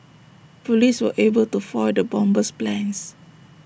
Police were able to foil the bomber's plans